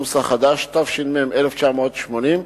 התש"ם 1980,